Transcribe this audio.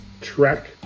trek